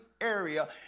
area